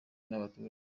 n’abaturage